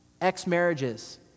ex-marriages